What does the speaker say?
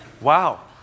Wow